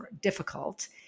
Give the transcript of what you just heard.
difficult